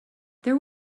there